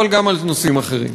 אבל גם בנושאים אחרים.